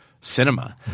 cinema